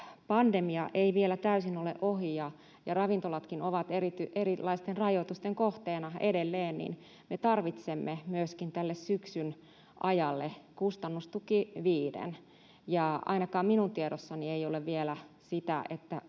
pandemia ei vielä täysin ole ohi ja ravintolatkin ovat erilaisten rajoitusten kohteena edelleen, niin me tarvitsemme myöskin tälle syksyn ajalle kustannustuki 5:n. Ainakaan minun tiedossani ei ole vielä sitä,